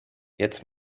jetzt